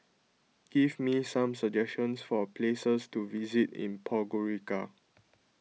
give me some suggestions for places to visit in Podgorica